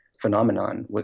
phenomenon